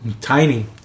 Tiny